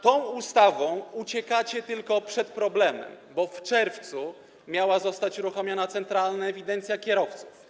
Tą ustawą uciekacie tylko przed problemem, bo w czerwcu miała zostać uruchomiona centralna ewidencja kierowców.